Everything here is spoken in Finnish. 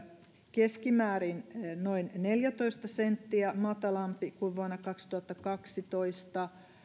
keskimäärin noin neljätoista senttiä matalampi kuin vuonna kaksituhattakaksitoista